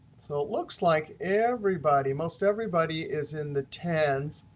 so it looks like everybody most everybody is in the ten s.